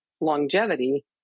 longevity